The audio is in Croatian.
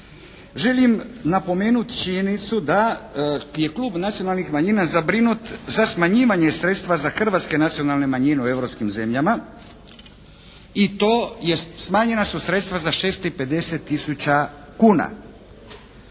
Želim napomenuti činjenicu da je Klub nacionalnih manjina zabrinut za smanjivanje sredstva za hrvatske nacionalne manjine u europskim zemljama i to je smanjena su sredstva za 650 tisuća kuna.